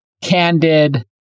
candid